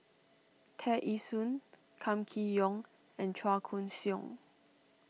Tear Ee Soon Kam Kee Yong and Chua Koon Siong